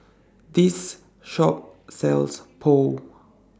This Shop sells Pho